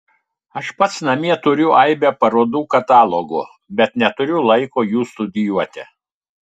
aš pats namie turiu aibę parodų katalogų bet neturiu laiko jų studijuoti